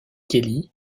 kelly